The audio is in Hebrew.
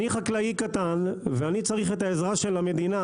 אני חקלאי קטן ואני צריך את העזרה של המדינה,